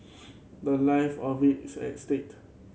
the life of it is at state